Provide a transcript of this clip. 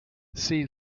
see